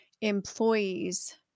employees